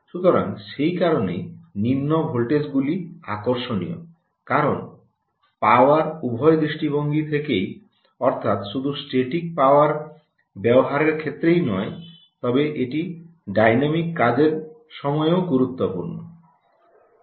সুতরাং সেই কারণেই নিম্ন ভোল্টেজগুলি আকর্ষণীয় কারণ পাওয়ার উভয়ই দৃষ্টিভঙ্গি থেকে অর্থাৎ শুধু স্ট্যাটিক পাওয়ার ব্যবহারের ক্ষেত্রে নয় তবে এটি ডাইনামিক কাজের সময়ও গুরুত্বপূর্ণ